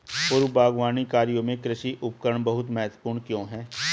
पूर्व बागवानी कार्यों में कृषि उपकरण बहुत महत्वपूर्ण क्यों है?